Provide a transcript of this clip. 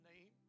name